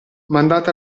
mandate